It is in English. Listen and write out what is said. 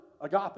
agape